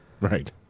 Right